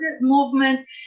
movement